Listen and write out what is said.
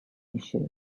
issue